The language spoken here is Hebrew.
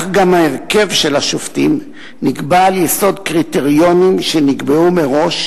גם ההרכב של השופטים נקבע על יסוד קריטריונים שנקבעו מראש,